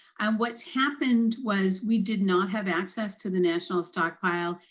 um what's happened, was we did not have access to the national stockpile,